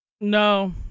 No